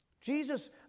Jesus